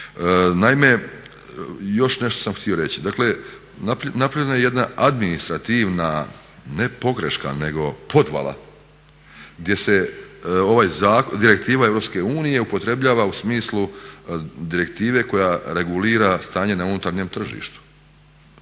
Naime, još nešto sam htio reći. Dakle, napravljena je jedna administrativna ne pogreška nego podvala gdje se Direktiva EU upotrebljava u smislu direktive koja regulira stanje na unutarnjem tržištu.